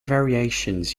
variations